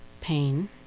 pain